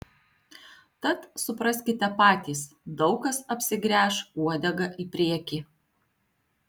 tad supraskite patys daug kas apsigręš uodega į priekį